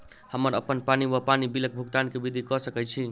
हम्मर अप्पन पानि वा पानि बिलक भुगतान केँ विधि कऽ सकय छी?